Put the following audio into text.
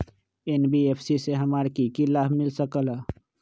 NBFC से हमार की की लाभ मिल सक?